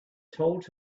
told